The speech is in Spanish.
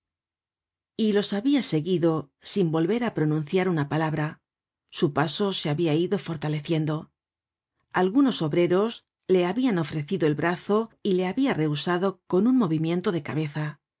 y los habia seguido sin volver á pronunciar una palabra su paso se habia ido fortaleciendo algunos obreros le habian ofrecido el brazo y le habia rehusado con un movimiento de cabeza